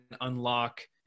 unlock